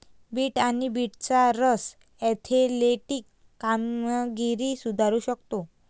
bit आणि बीटचा रस ऍथलेटिक कामगिरी सुधारू शकतो